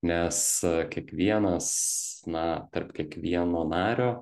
nes kiekvienas na tarp kiekvieno nario